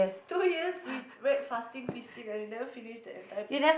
two years we read fasting feasting and we never finish the entire book